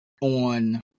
on